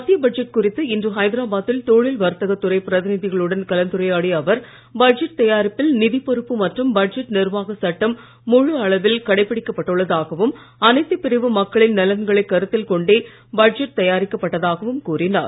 மத்திய பட்ஜெட் குறித்து இன்று ஹைதராபாத்தில் தொழில் வர்த்தக துறைப் பிரதிநிதிகளுடன் கலந்துரையாடிய அவர் படஜெட் தயாரிப்பில் நிதிப் பொறுப்பு மற்றும் பட்ஜெட் நிர்வாக சட்டம் முழு அளவில் கடைபிடிக்கப் பட்டுள்ளதாகவும் அனைத்து பிரிவு மக்களின் நலன்களை கருத்தில் கொண்டே பட்ஜெட் தயாரிக்கப்பட்டதாகவும் கூறினார்